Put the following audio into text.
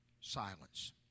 Silence